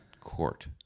court